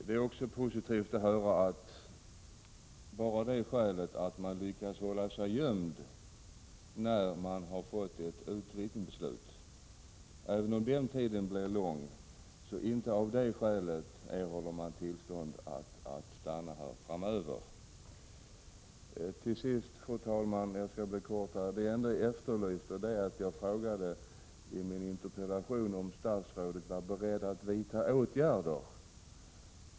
Det är också positivt att höra att man inte av det skälet att man lyckas hålla sig gömd när man har fått ett utvisningsbeslut — även om den tiden blir lång — erhåller tillstånd att stanna här framöver. Till sist, fru talman! Det jag efterlyste i min interpellation var också om statsrådet är beredd att vidta åtgärder.